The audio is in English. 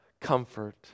comfort